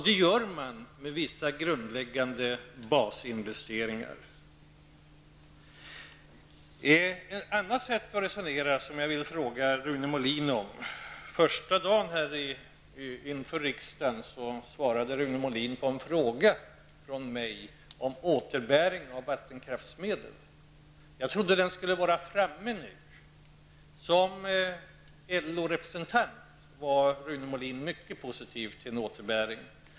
Det gör man med vissa grundläggande basinvesteringar. Det finns ett annat sätt att resonera, som jag vill fråga Rune Molin om. Första dagen inför riksdagen svarade Rune Molin på en fråga från mig om återbäring på vattenkraftsmedel. Jag trodde att det förslaget skulle ha tagits fram nu. Som LO representant var Rune Molin mycket positiv till en återbäring.